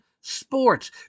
sports